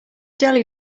jelly